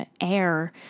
Air